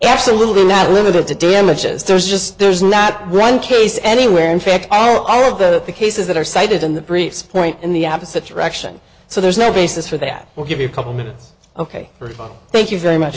absolutely not limited to damages there's just there's not one case anywhere in fact all of the cases that are cited in the briefs point in the opposite direction so there's no basis for that we'll give you a couple minutes ok first of all thank you very much